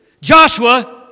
Joshua